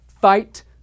Fight